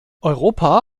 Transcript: europa